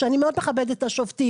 אני מאוד מכבדת את השופטים,